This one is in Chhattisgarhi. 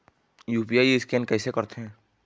यू.पी.आई स्कैन कइसे करथे?